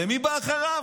ומי בא אחריו?